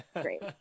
great